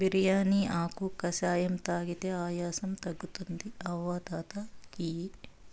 బిర్యానీ ఆకు కషాయం తాగితే ఆయాసం తగ్గుతుంది అవ్వ తాత కియి